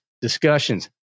discussions